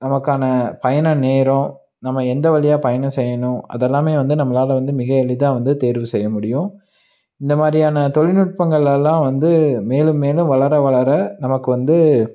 நமக்கான பயணம் நேரம் நம்ம எந்த வழியாக பயணம் செய்யணும் அதெல்லாமே வந்து நம்மளால் வந்து மிக எளிதாக வந்து தேர்வு செய்ய முடியும் இந்த மாதிரியான தொழில்நுட்பங்களெல்லாம் வந்து மேலும் மேலும் வளர வளர நமக்கு வந்து